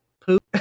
poop